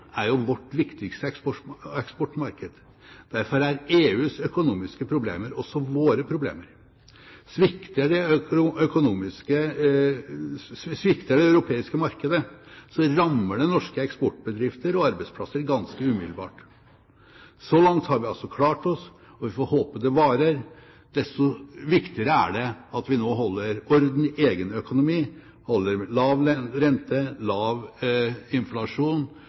er jo vårt viktigste eksportmarked. Derfor er EUs økonomiske problemer også våre problemer. Svikter det europeiske markedet, rammer det norske eksportbedrifter og arbeidsplasser ganske umiddelbart. Så langt har vi altså klart oss, og vi får håpe at det varer. Desto viktigere er det at vi nå holder orden i egen økonomi, holder lav rente, lav inflasjon